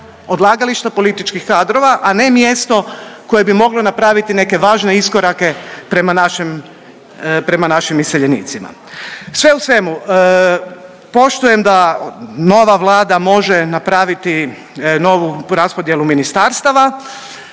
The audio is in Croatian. odlagališta političkih kadrova, a ne mjesto koje bi moglo napraviti neke važne iskorake prema našim iseljenicima. Sve u svemu, poštujem da nova Vlada može napraviti novu raspodjelu ministarstava.